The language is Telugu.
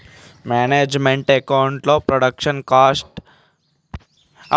మేనేజ్ మెంట్ అకౌంట్ లో ప్రొడక్షన్ కాస్ట్ అంటే ఏమిటి?